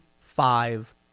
five